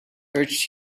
urged